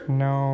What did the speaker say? no